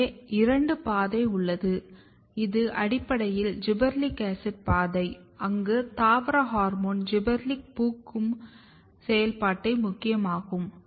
எனவே இரண்டு பாதை உள்ளது இது அடிப்படையில் ஜிபெர்லிக் ஆசிட் பாதை அங்கு தாவர ஹார்மோன் ஜிபெர்லிக் பூக்கும் செய்யப்டுக்கு முக்கியமாகும்